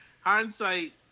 hindsight